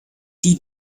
die